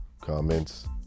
comments